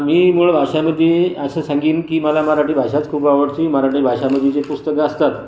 मी मूळ भाषामध्ये असं सांगेन की मला मराठी भाषाच खूप आवडते मराठी भाषामध्ये जे पुस्तकं असतात